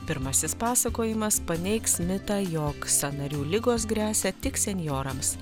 pirmasis pasakojimas paneigs mitą jog sąnarių ligos gresia tik senjorams